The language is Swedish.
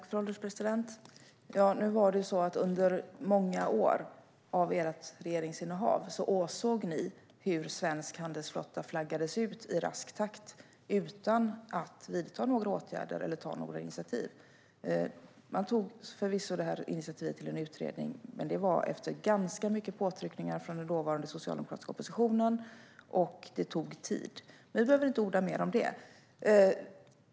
Fru ålderspresident! Nu var det så att under många år av ert regeringsinnehav åsåg ni hur svensk handelsflotta flaggades ut i rask takt, utan att vidta några åtgärder eller ta några initiativ. Förvisso togs initiativ till en utredning, men det var efter ganska mycket påtryckningar från den dåvarande socialdemokratiska oppositionen. Och det tog tid, men vi behöver inte orda mer om det.